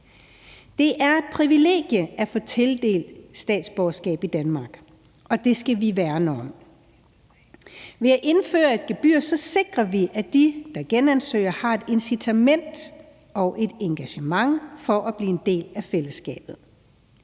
Det er et privilegie at få tildelt statsborgerskab i Danmark, og det skal vi værne om. Ved at indføre et gebyr sikrer vi, at de, der genansøger, har et incitament til og et engagement i at blive en del af fællesskabet.